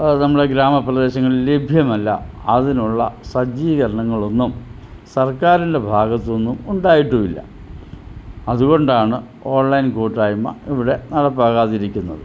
നമ്മൾ ഗ്രാമ പ്രദേശങ്ങളിൽ ലഭ്യമല്ല അതിനുള്ള സജ്ജീകരണങ്ങളൊന്നും സർക്കാരിൻ്റെ ഭാഗത്തുനിന്നും ഉണ്ടായിട്ടുമില്ല അതുകൊണ്ടാണ് ഓൺലൈൻ കൂട്ടായ്മ ഇവിടെ നടപ്പാക്കാതിരിക്കുന്നത്